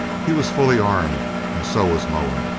he was fully armed and so was moa.